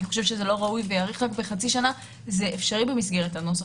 חושב שזה לא ראוי ויאריך רק בחצי שנה - זה אפשרי במסגרת הנוסח.